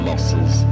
Losses